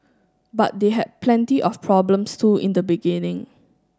but they had plenty of problems too in the beginning